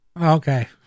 Okay